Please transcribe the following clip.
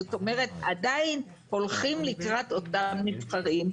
זאת אומרת עדיין הולכים לקראת אותם נבחרים,